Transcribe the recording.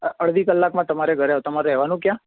અ અડધી કલાકમાં તમારે ઘરે આવું તમારે રહેવાનું ક્યાં